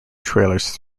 trailers